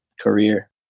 career